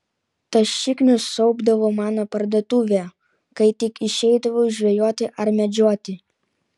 tas šiknius siaubdavo mano parduotuvę kai tik išeidavau žvejoti ar medžioti